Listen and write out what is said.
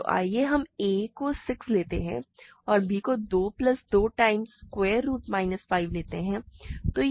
तो आइए हम a को 6 लेते हैं और b को 2 plus 2 times square root minus 5 लेते हैं